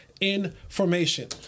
information